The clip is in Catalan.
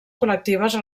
col·lectives